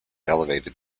elevated